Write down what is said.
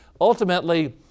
ultimately